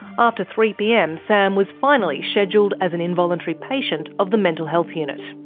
after three pm sam was finally scheduled as an involuntary patient of the mental health unit.